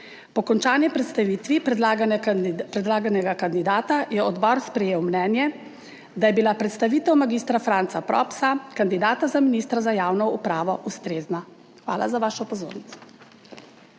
Po končani predstavitvi predlaganega, predlaganega kandidata je odbor sprejel mnenje, da je bila predstavitev mag. Franca Propsa, kandidata za ministra za javno upravo ustrezna. Hvala za vašo pozornost.